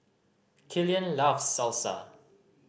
Killian loves Salsa